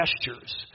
gestures